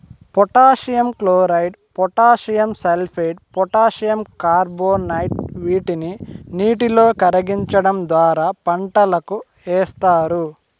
potassium chloride, potassium sulphate, potassium carbonate వీటిని నీటిలో కరిగించడం ద్వారా పంటలకు ఏస్తారు